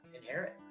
inherit